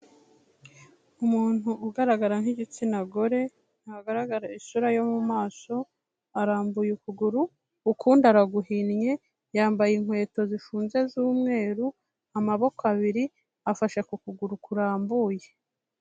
Umuntu ugaragara nk'igitsina gore, ntagaragara isura yo mu maso, arambuye ukuguru, ukundi araguhinnye, yambaye inkweto zifunze z'umweru, amaboko abiri afashe ku kuguru kurambuye.